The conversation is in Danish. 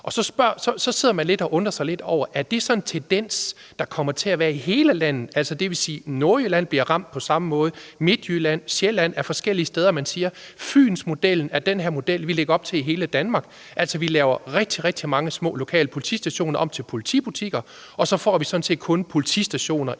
sig. Så sidder man lidt og undrer sig over, om det så er en tendens, der kommer til at være i hele landet, altså det vil sige, at Nordjylland, Midtjylland eller Sjælland bliver ramt på samme måde, altså at man forskellige steder siger, at Fynsmodellen er den model, der lægges op til i hele Danmark. Altså, vi laver rigtig, rigtig mange små lokale politistationer om til politibutikker, og så får vi sådan set kun politistationer i